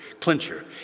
clincher